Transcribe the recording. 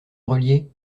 grelier